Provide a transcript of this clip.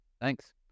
thanks